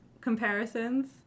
comparisons